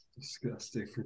Disgusting